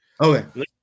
Okay